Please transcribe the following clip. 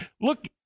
Look